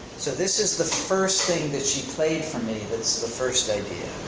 so this is the first thing that she played for me that's the first idea.